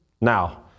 Now